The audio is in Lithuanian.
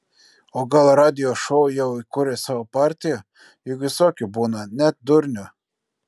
o gal radijo šou jau įkūrė savo partiją juk visokių būna net durnių